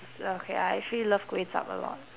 s~ okay I actually love kway chap a lot